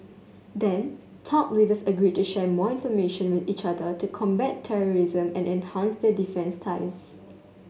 then top leaders agreed to share more information with each other to combat terrorism and enhance their defence ties